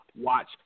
watch